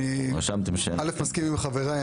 אני מסכים עם חבריי.